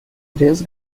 três